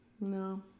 no